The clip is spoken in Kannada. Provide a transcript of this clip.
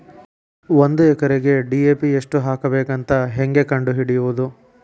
ಒಂದು ಎಕರೆಗೆ ಡಿ.ಎ.ಪಿ ಎಷ್ಟು ಹಾಕಬೇಕಂತ ಹೆಂಗೆ ಕಂಡು ಹಿಡಿಯುವುದು?